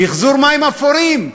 מיחזור מים אפורים,